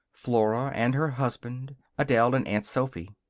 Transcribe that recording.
flora and her husband, adele and aunt sophy.